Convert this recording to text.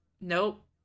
Nope